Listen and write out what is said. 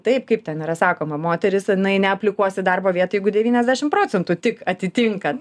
taip kaip ten yra sakoma moteris jinai neaplikuos į darbo vietą jeigu devyniasdešim procentų tik atitinka